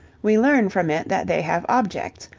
we learn from it that they have objects,